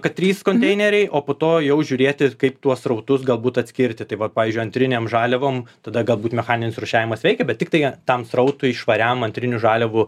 kad trys konteineriai o po to jau žiūrėti kaip tuos srautus galbūt atskirti tai vat pavyzdžiui antrinėm žaliavom tada galbūt mechaninis rūšiavimas veikia bet tiktai tam srautui švariam antrinių žaliavų